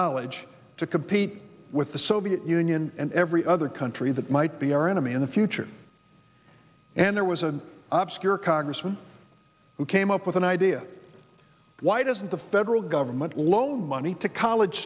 knowledge to compete with the soviet union and every other country that might be our enemy in the future and there was a ups cure congressman who came up with an idea why doesn't the federal government loan money to college